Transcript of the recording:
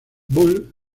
bull